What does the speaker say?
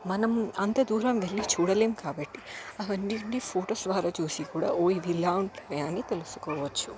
మనము అంత దూరం వెళ్ళి చూడలేం కాబట్టి అవన్నీటిని ఫొటోస్ ద్వారా చూసి కూడా ఓ ఇవి ఇలా ఉంటాయా అని తెలుసుకోవచ్చు